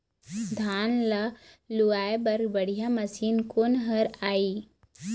धान ला लुआय बर बढ़िया मशीन कोन हर आइ?